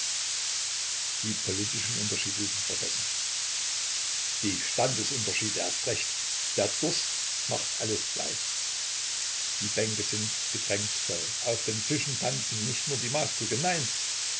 die politischen unterschiede sind vergessen die standesunterschiede erst recht der durst macht alles gleich die bänke sind gedrängt voll auf den tischen tanzen nicht nur die maßkrüge nein